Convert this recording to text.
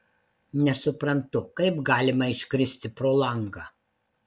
nesuprantu kaip galima iškristi pro langą